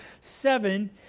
seven